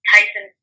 Tyson